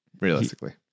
Realistically